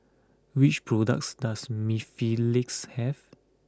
what products does Mepilex have